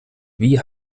wie